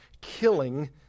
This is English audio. killing